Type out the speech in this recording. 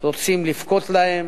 רוצים לבכות להם